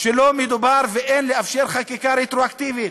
שלא מדובר ואין לאפשר חקיקה רטרואקטיבית.